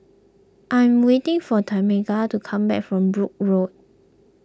I'm waiting for Tameka to come back from Brooke Road